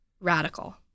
radical